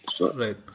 right